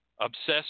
obsessed